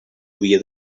havia